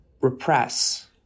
repress